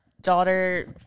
daughter